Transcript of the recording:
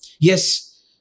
yes